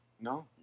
no